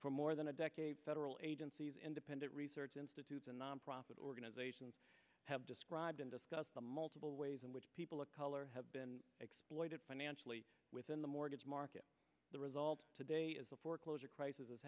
for more than a decade federal agencies independent research institutes and nonprofit organizations have described and discussed the multiple ways in which people of color have been exploited financially within the mortgage market the result today is the foreclosure crisis